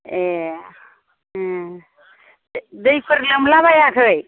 ए दैफोर लोमलाबायाखै